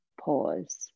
pause